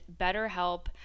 BetterHelp